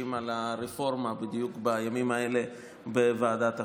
על הרפורמה בדיוק בימים האלה בוועדת החוקה.